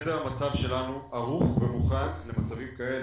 חדר המצב שלנו ערוך ומוכן למצבים כאלה.